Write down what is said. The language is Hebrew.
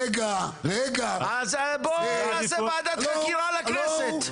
אז בוא נעשה ועדת חקירה לכנסת.